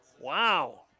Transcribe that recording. Wow